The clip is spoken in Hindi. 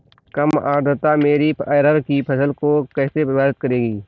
कम आर्द्रता मेरी अरहर की फसल को कैसे प्रभावित करेगी?